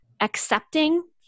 accepting